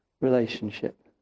relationship